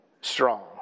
strong